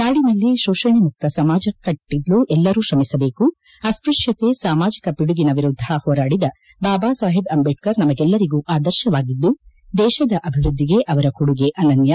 ನಾಡಿನಲ್ಲಿ ಶೋಷಣೆಮುಕ ಸಮಾಜ ಕಟ್ಟಲು ಎಲ್ಲರು ಶ್ರಮಿಸಬೇಕು ಅಸ್ಸ್ಪಶ್ಯತೆ ಸಾಮಾಜಿಕ ಪಿಡುಗಿನ ವಿರುದ್ದ ಹೋರಾಡಿದ ಬಾಬಾ ಸಾಹೇಬ್ ಅಂಬೇಡ್ಕರ್ ನಮಗೆಲ್ಲರಿಗೂ ಆದರ್ಶವಾಗಿದ್ದು ದೇಶದ ಅಭಿವೃದ್ದಿಗೆ ಅವರ ಕೊಡುಗೆ ಅನನ್ಯ